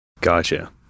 Gotcha